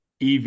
EV